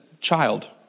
Child